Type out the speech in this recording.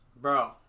Bro